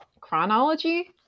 chronology